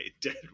dead